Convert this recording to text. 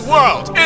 World